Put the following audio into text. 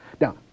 Now